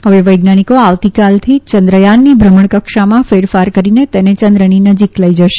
હવે વૈજ્ઞાનીકો આવતીકાલથી ચંદ્રયાનની ભ્રમણકક્ષામાં ફેરફાર કરીને તેને ચંદ્રની નજીક લઇ જશે